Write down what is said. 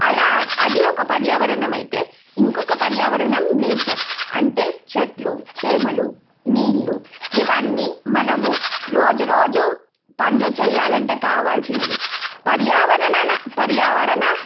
అలా అది ఒక పర్యావరణం అయితే ఇంకొక పర్యావరణం నేచర్ అంటే చెట్లు చేమలు నీళ్ళు ఇవన్నీ మనము రోజు రోజు పనులు చేయాలంటే కావాల్సినవి పర్యావరణ పర్యావరణ